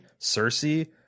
Cersei